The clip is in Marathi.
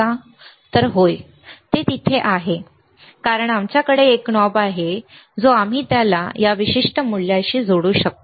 तर होय ते तिथे आहे बरोबर कारण आमच्याकडे एक नॉब आहे जो आम्ही त्याला या विशिष्ट मूल्याशी जोडू शकतो